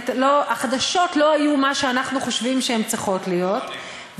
החדשות לא היו מה שאנחנו חושבים הם צריכים להיות,